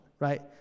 right